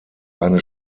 eine